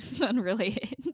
Unrelated